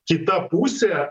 kita pusė